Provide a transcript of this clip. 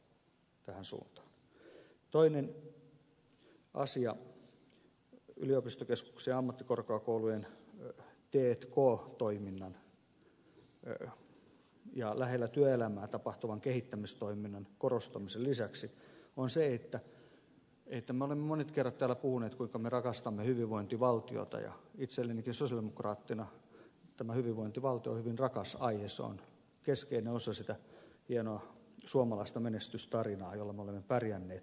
toinen asia yliopistokeskusten ja ammattikorkeakoulujen t k toiminnan ja lähellä työelämää tapahtuvan kehittämistoiminnan korostamisen lisäksi on se että me olemme monet kerrat täällä puhuneet kuinka me rakastamme hyvinvointivaltiota ja itsellenikin sosialidemokraattina tämä hyvinvointivaltio on hyvin rakas aihe se on keskeinen osa sitä hienoa suomalaista menestystarinaa jolla me olemme pärjänneet